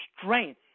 strength